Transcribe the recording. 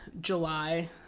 July